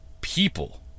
people